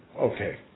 okay